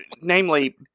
namely